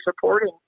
supporting